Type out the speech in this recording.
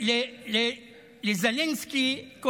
לך לזלנסקי.